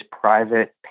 private